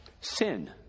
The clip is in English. sin